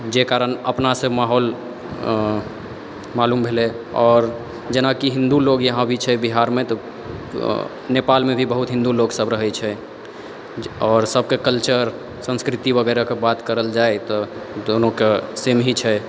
जहि कारण अपना सॅं माहौल मालूम भेलै आओर जेना कि हिन्दू लोग यहाँ भी छै बिहारमे नेपालमे भी बहुत लोक सब रहै छै आओर सबके कल्चर संस्कृति वगैरहके बात करल जाय तऽ दोनो के सेम ही छै